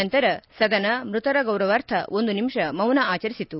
ನಂತರ ಸದನ ಮೃತರ ಗೌರವಾರ್ಥ ಒಂದು ನಿಮಿಷ ಮೌನ ಆಚರಿಸಿತು